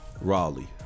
Raleigh